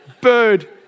bird